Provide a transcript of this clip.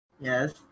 Yes